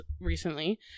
recently